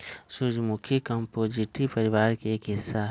सूर्यमुखी कंपोजीटी परिवार के एक हिस्सा हई